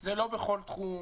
--- זה לא בכל תחום.